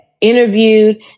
interviewed